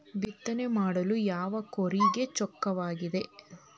ಬಿತ್ತನೆ ಮಾಡಲು ಯಾವ ಕೂರಿಗೆ ಚೊಕ್ಕವಾಗಿದೆ?